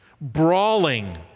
brawling